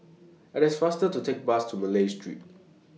IT IS faster to Take Bus to Malay Street